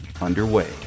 underway